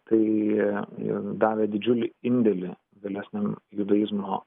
taai davė didžiulį indėlį vėlesniam judaizmo